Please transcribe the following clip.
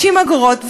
60 אגורות,